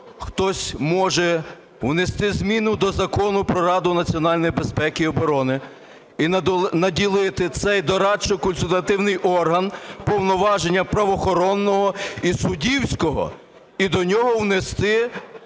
хтось може внести зміну до Закону про Раду національної безпеки і оборони і наділити цей дорадчо-консультативний орган повноваженнями правоохоронного і суддівського, і до нього внести